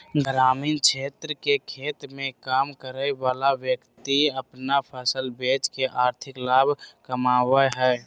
ग्रामीण क्षेत्र के खेत मे काम करय वला व्यक्ति अपन फसल बेच के आर्थिक लाभ कमाबय हय